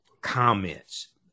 comments